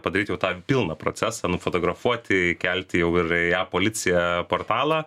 padaryt jau tą pilną procesą nufotografuoti įkelti jau yra į e policiją portalą